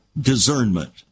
discernment